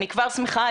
אני כבר שמחה.